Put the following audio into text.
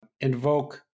invoke